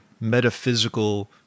metaphysical